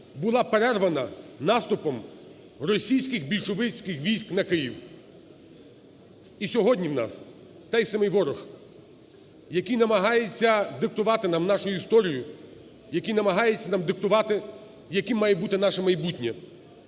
була перервана наступом російських більшовістських військ на Київ. І сьогодні в нас той самий ворог, який намагається диктувати нам нашу історію, який намагається нам диктувати, яким має бути наше майбутнє.